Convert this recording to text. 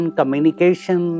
communication